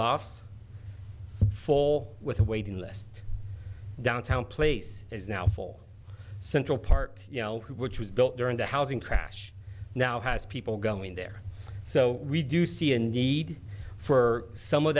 laughs fall with a waiting list downtown place is now full central park which was built during the housing crash now has people going there so we do see a need for some of